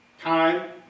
time